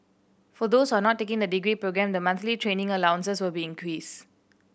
for those who are not taking the degree programme the monthly training allowances will be increase